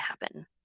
happen